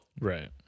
Right